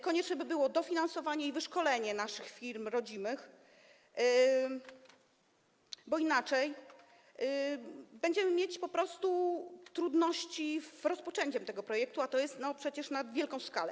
Konieczne by było dofinansowanie i wyszkolenie naszych rodzimych firm, bo inaczej będziemy mieć po prostu trudności z rozpoczęciem tego projektu, a to jest przecież projekt na wielką skalę.